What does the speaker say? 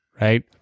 right